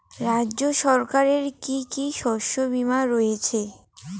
রাজ্য সরকারের কি কি শস্য বিমা রয়েছে?